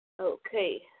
Okay